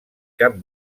cap